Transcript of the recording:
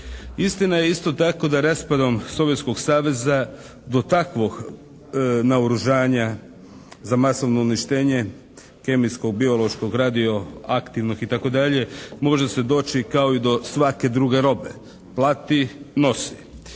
Istina je isto tako da raspadom Sovjetskog saveza do takvog naoružanja za masovno uništenje kemijskog, biološkog, radioaktivnog itd. može se doći kao i do svake druge robe. Plati, nosi.